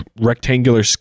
rectangular